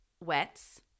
wets